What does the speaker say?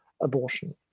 abortion